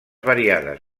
variades